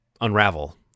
unravel